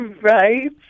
Right